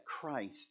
Christ